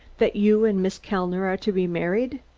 that you and miss kellner are to be married?